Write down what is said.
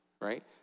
right